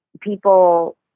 people